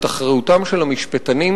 את אחריותם של המשפטנים,